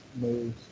moves